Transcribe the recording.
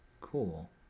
Cool